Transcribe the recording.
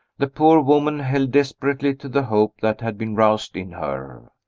the poor woman held desperately to the hope that had been roused in her.